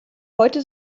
heute